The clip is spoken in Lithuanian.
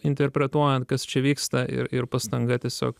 interpretuojant kas čia vyksta ir ir pastanga tiesiog